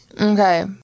Okay